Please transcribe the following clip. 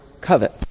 covet